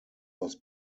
was